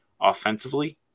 offensively